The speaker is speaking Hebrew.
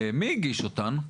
מי הגיש אותן?